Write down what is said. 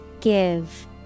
Give